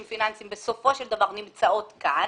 פיננסיים בסופו של דבר נמצאות כאן.